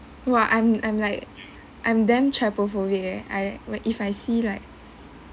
!wah! I'm I'm like I'm damn trypophobic eh I like if I see like